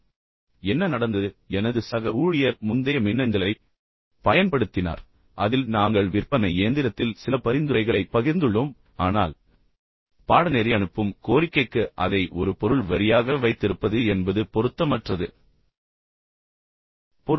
எனவே வெளிப்படையாக என்ன நடந்தது எனது சக ஊழியர் முந்தைய மின்னஞ்சலைப் பயன்படுத்தினார் அதில் நாங்கள் விற்பனை இயந்திரத்தில் சில பரிந்துரைகளைப் பகிர்ந்துள்ளோம் ஆனால் பாடநெறி அனுப்பும் கோரிக்கைக்கு அதை ஒரு பொருள் வரியாக வைத்திருப்பது என்பது மிகவும் பொருத்தமற்றது என்பது உங்களுக்குத் தெரியும்